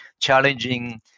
challenging